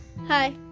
Hi